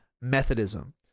Methodism